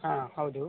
ಹಾಂ ಹೌದು